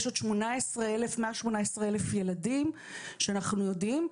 יש עוד מעל 18 אלף ילדים שאנחנו יודעים,